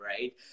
right